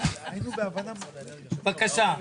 בבקשה.